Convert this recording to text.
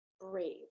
Brave